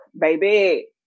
baby